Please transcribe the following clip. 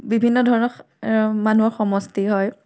বিভিন্ন ধৰণৰ মানুহৰ সমষ্টি হয়